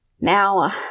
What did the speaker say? now